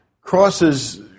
crosses